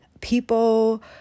people